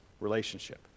relationship